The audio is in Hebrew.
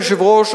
אדוני היושב-ראש,